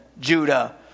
Judah